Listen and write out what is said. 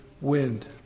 wind